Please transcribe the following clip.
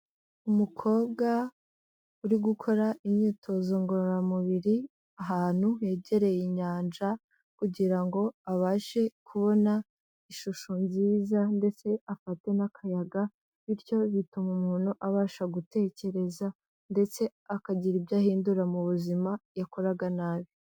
Umukobwa uri gukora imyitozo ngororamubiri ahantu yegereye inyanja, kugira ngo abashe kubona ishusho nziza ndetse afate n'akayaga, bityo bituma umuntu abasha gutekereza ndetse akagira ibyo ahindura mu buzima yakoraga nabi.